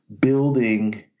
building